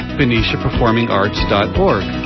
beniciaperformingarts.org